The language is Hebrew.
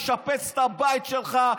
לשפץ את הבית שלך,